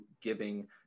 giving